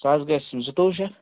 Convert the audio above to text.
سُہ حظ گَژھِ زٕتوٚوُہ شیٚتھ